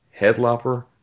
Headlopper